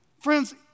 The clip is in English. Friends